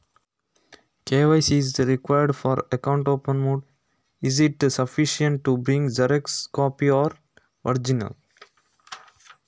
Account open ಮಾಡ್ಲಿಕ್ಕೆ KYC ಯಾ ಅಗತ್ಯ ಇದೆ ಅಲ್ವ ಅದು ಜೆರಾಕ್ಸ್ ಕಾಪಿ ತಂದ್ರೆ ಸಾಕ ಅಥವಾ ಒರಿಜಿನಲ್ ಬೇಕಾ?